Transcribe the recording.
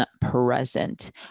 present